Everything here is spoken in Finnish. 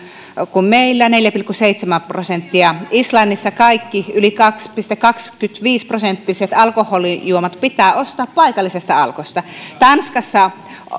kuin meillä neljä pilkku seitsemän prosenttia islannissa kaikki yli kaksi pilkku kaksikymmentäviisi prosenttiset alkoholijuomat pitää ostaa paikallisesta alkosta